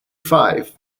five